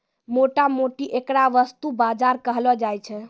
मोटा मोटी ऐकरा वस्तु बाजार कहलो जाय छै